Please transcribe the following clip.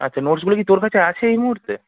আচ্ছা নোটসগুলো কি তোর কাছে আছে এই মুহুর্তে